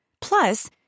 Plus